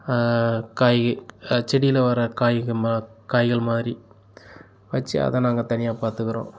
காய்கள் செடியில் வர்ற காய்கள் மா காய்கள் மாதிரி வச்சி அதை நாங்கள் தனியாக பார்த்துக்குறோம்